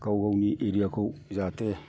गाव गावनि एरिया खौ जाहाथे